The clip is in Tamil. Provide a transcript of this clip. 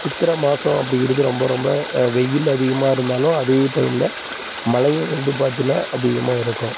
சித்திரை மாதம் அப்படிங்கிறது ரொம்ப ரொம்ப வெயில் அதிகமாக இருந்தாலும் அதே டைமில் மழையும் வந்து பார்த்திங்கனா அதிகமாக இருக்கும்